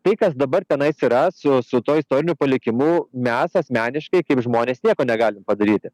tai kas dabar tenais yra su su tuo istoriniu palikimu mes asmeniškai kaip žmonės nieko negalim padaryti